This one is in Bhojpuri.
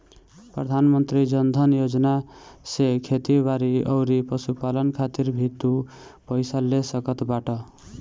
प्रधानमंत्री जन धन योजना से खेती बारी अउरी पशुपालन खातिर भी तू पईसा ले सकत बाटअ